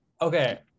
okay